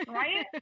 right